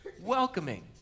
Welcoming